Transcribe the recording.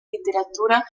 literatura